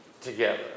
together